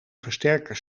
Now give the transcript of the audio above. versterker